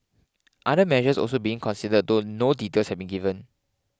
other measures are also being considered though no details have been given